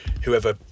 whoever